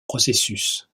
processus